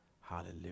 hallelujah